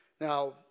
Now